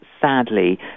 sadly